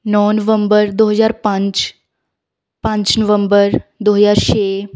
ਨੌ ਨਵੰਬਰ ਦੋ ਹਜ਼ਾਰ ਪੰਜ ਪੰਜ ਨਵੰਬਰ ਦੋ ਹਜ਼ਾਰ ਛੇ